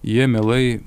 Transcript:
jie mielai